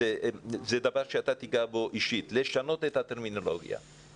זה דבר שאתה תיגע בו אישית את הטרמינולוגיה לגבי הילדים האלה.